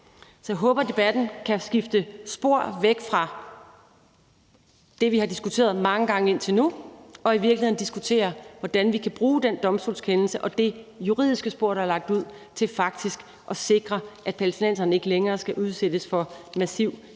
Så jeg håber, at debatten kan skifte spor væk fra det, vi har diskuteret mange gange indtil nu, og til i virkeligheden at diskutere, hvordan vi kan bruge den domstolskendelse og det juridiske spor, der er lagt ud, til faktisk at sikre, at palæstinenserne ikke længere skal udsættes for massiv krig,